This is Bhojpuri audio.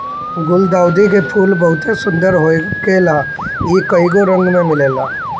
गुलदाउदी के फूल बहुते सुंदर होखेला इ कइगो रंग में मिलेला